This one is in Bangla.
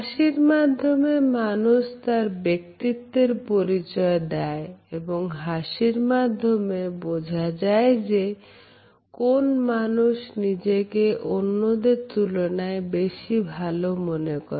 হাসির মাধ্যমে মানুষ তার ব্যক্তিত্বের পরিচয় দেয় এবং হাসির মাধ্যমে বোঝা যায় যে কোন মানুষ নিজেকে অন্যদের তুলনায় বেশি ভালো মনে করে